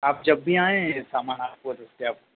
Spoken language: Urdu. جب بھی آئیں سامان آپ کو دستیاب